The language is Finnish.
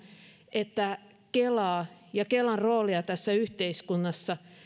että kelaa ja kelan roolia tässä yhteiskunnassa